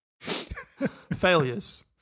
failures